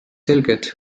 selged